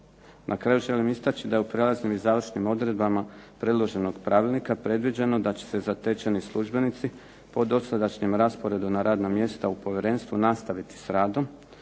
Na kraju želim istaći da u prelaznim i završnim odredbama predloženog pravilnika predviđeno da će se zatečeni službenici po dosadašnjem rasporedu na radna mjesta u povjerenstvu nastaviti s radom